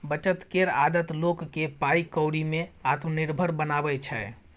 बचत केर आदत लोक केँ पाइ कौड़ी में आत्मनिर्भर बनाबै छै